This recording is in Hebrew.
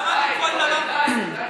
למה את, די, אורן.